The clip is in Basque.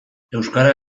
euskara